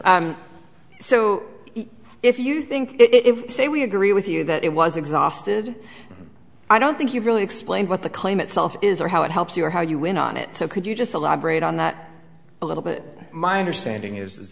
so if you think it was say we agree with you that it was exhausted i don't think you've really explained what the claim itself is or how it helps you or how you went on it so could you just elaborate on that a little bit my understanding is